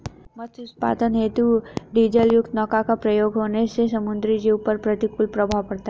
मत्स्य उत्पादन हेतु डीजलयुक्त नौका का प्रयोग होने से समुद्री जीवों पर प्रतिकूल प्रभाव पड़ता है